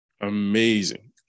Amazing